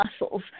muscles